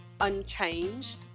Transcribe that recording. unchanged